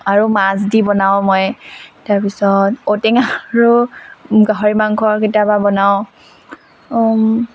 আৰু মাছ দি বনাওঁ মই তাৰপিছত ঔটেঙা আৰু গাহৰি মাংস কেতিয়াবা বনাওঁ